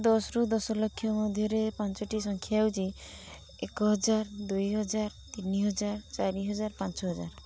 ଦଶରୁ ଦଶ ଲକ୍ଷ ମଧ୍ୟରେ ପାଞ୍ଚଟି ସଂଖ୍ୟା ହେଉଛି ଏକ ହଜାର ଦୁଇ ହଜାର ତିନି ହଜାର ଚାରି ହଜାର ପାଞ୍ଚ ହଜାର